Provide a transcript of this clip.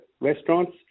restaurants